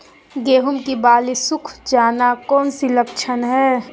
गेंहू की बाली सुख जाना कौन सी लक्षण है?